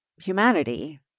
humanity